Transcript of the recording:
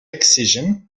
excision